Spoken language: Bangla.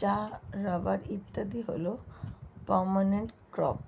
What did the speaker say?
চা, রাবার ইত্যাদি হল পার্মানেন্ট ক্রপ